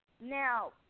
now